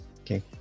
okay